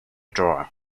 drawer